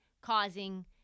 causing